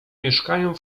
mieszkają